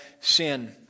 sin